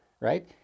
right